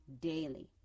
daily